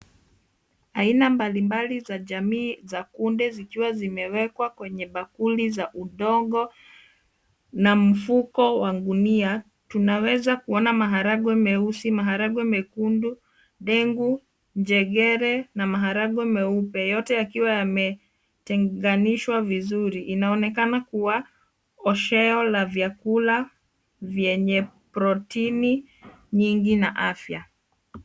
Aina mbalimbali za jamii za kunde zikiwa zimewekwa kwenye bakuli za udongo na mfuko wa gunia. Tunaweza kuona maharagwe meusi, maharagwe mekundu, dengu, njegere na maharagwe meupe, yote yakiwa yametenganishwa vizuri. Inaonekana kuwa osheo la vyakula vyenye protini nyingi na afya.